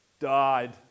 Died